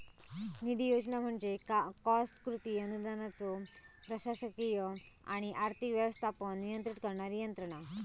निधी योजना म्हणजे कॉस्ट कृती अनुदानाचो प्रशासकीय आणि आर्थिक व्यवस्थापन नियंत्रित करणारी यंत्रणा